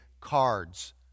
cards